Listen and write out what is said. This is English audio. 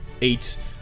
eight